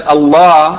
Allah